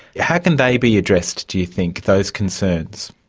how can they be addressed, do you think, those concerns?